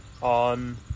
on